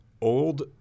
old